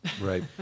Right